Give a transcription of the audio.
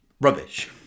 rubbish